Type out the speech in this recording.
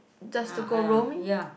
just to go roaming